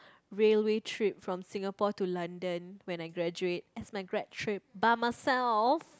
railway trip from Singapore to London when I graduate as my grad trip by myself